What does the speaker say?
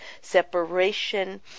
separation